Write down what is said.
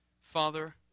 Father